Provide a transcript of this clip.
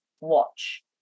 watch